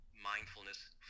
mindfulness